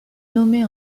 nommée